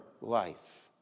life